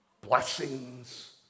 blessings